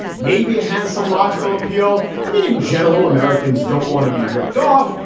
maybe it has some logical appeal. i mean, in general, americans don't want to be ripped off.